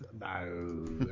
No